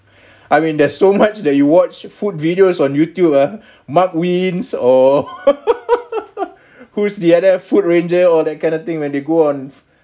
I mean there's so much that you watched food videos on youtube ah mcqueen's or who is the other food ranger or that kind of thing when they go on